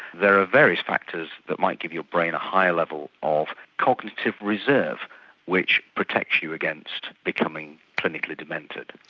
there are various factors that might give your brain a higher level of cognitive reserve which protects you against becoming clinically demented.